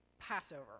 Passover